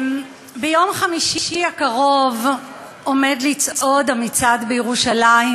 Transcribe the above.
ביום חמישי הקרוב עומד לצעוד המצעד בירושלים,